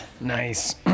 Nice